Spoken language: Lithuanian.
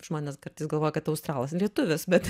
žmonės kartais galvoja kad australas lietuvis bet